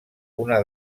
una